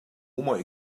more